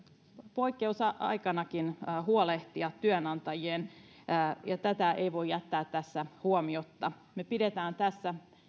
poikkeusaikanakin työnantajien huolehtia tätä ei voi jättää tässä huomiotta me pidämme tässä